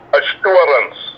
assurance